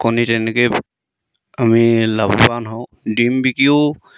কণী তেনেকৈ আমি লাভৱান হওঁ ডিম বিকিও